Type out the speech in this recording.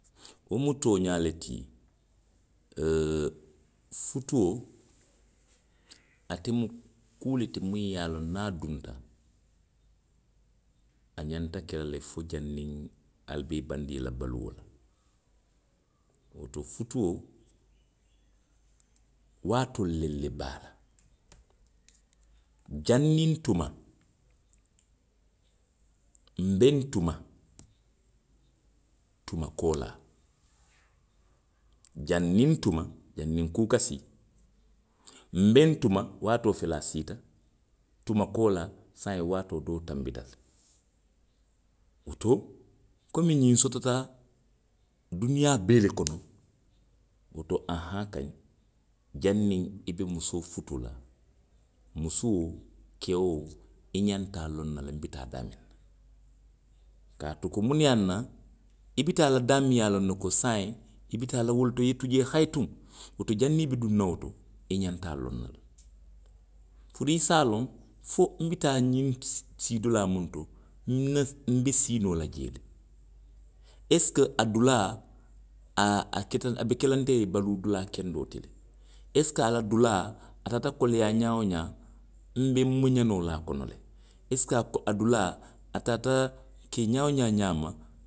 Wo mu tooňaa le ti. Ooo futuo. ate mu kuu le ti muŋ ye a loŋ niŋ a dunta, a ňanta ke la le fo janniŋ ali be i bandii la baluo la. Woto futuo, waatoolu le le be a la. Janniŋ tuma. nbe ntuma, tuma koolaa. janniŋ tuma. janniŋ kuu ka sii. nbe ntuma, waatoo fele a siita. tuma koolaa, saayiŋ waatoo doo tanbita le. Woto. komi ňiŋ sotota duniyaa bee le kono. Nuŋ to aa haŋ kayi, janniŋ i be musoo futuu la. musoo, keo, i ňanta a loŋ na le i bi taa daamiŋ. Kaatu ko muŋ ne yaŋ na, i bi taa la daamiŋ i ye a loŋ ne ko saayiŋ i bi taa la wo le to, i ye tu jee hayituŋ. Woto janniŋ i be duŋ na wo to. i ňanta a loŋ na le. Fo i si a loŋ fo nbi taaňiŋ sii siidulaa muŋ to. nna, nbe sii noo la jee le. Esiko a dulaa a, a keta, a be ke la nte ye baluu dulaa kendoo ti le. Esiko a la dulaa, a taata koleyaa ňaa woo ňaa. nbe nmuňa noo la a kono le. esiko a, a dulaa. a taata ke ňaa woo ňaa ňaama.